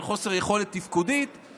של חוסר יכולת תפקודית,